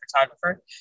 photographer